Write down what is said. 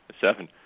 seven